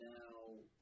Now